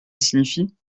signifie